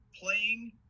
playing